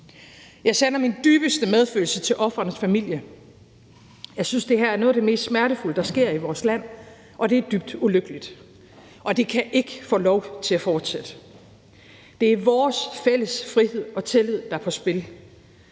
Jeg sender min dybeste medfølelse til ofrenes familier. Jeg synes, at det her er noget af det mest smertefulde, der sker i vores land, og det er dybt ulykkeligt. Det kan ikke få lov til at fortsætte. Det er vores fælles frihed og tillid, der er på spil,